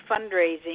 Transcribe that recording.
Fundraising